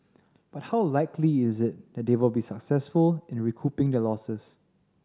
but how likely is it that they will be successful in recouping their losses